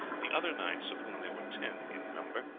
the other knights, of whom there were ten in number,